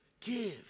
give